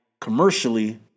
commercially